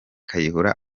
kayihura